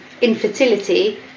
infertility